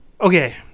Okay